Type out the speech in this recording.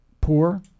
poor